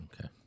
Okay